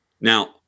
now